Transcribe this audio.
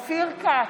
בעד אופיר כץ,